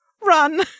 Run